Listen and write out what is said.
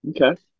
okay